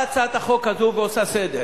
באה הצעת החוק הזו ועושה סדר.